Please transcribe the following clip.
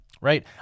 right